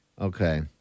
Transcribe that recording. Okay